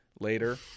Later